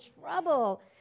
trouble